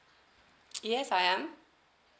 yes I am